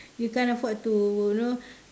you can't afford to you know